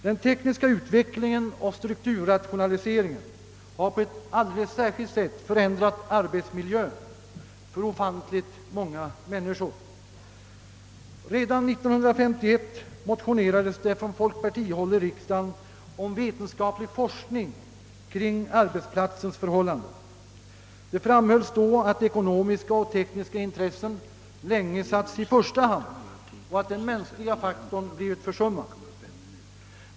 Den tekniska utvecklingen och strukturrationaliseringen har förändrat arbetsmiljön för ofantligt många människor. Redan 1951 motionerades det från folkpartihåll i riksdagen om vetenskaplig forskning kring arbetsplatsens förhållanden. Det framhölls då att ekonomiska och tekniska intressen länge satts i första rummet och att den mänskliga faktorn blivit försummad.